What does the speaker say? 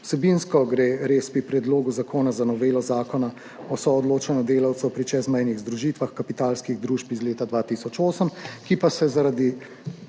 Vsebinsko gre res pri predlogu zakona za novelo Zakona o soodločanju delavcev pri čezmejnih združitvah kapitalskih družb iz leta 2008, ki pa se